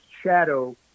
shadow